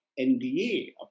NDA